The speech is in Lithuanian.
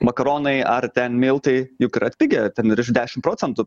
makaronai ar ten miltai juk yra atpigę ten virš dešim procentų